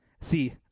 See